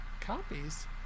copies